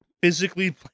Physically